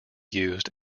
used